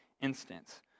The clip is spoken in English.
instance